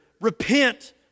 repent